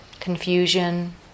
confusion